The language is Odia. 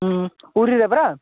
ହୁଁ ପୁରୀ ରେ ପରା